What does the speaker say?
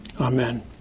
Amen